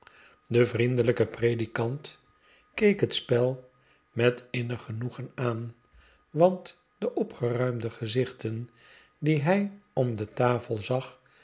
de vriendelijke predikant keek het spel met innig genoegen aan want de opgeruimde gezichten die hij om de